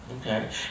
Okay